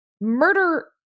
murder